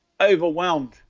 overwhelmed